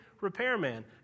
repairman